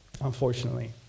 Unfortunately